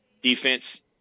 defense